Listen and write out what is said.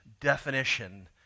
definition